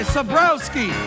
Sobrowski